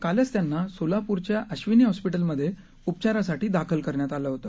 कालच त्यांना सोलापूरच्या अबिनी हॉस्पिटलमध्ये उपचारासाठी दाखल करण्यात आलं होते